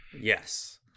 Yes